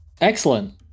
excellent